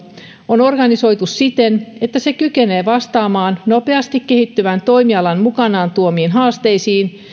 on organisoitu siten että se kykenee vastaamaan nopeasti kehittyvän toimialan mukanaan tuomiin haasteisiin